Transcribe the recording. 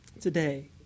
today